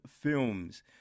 films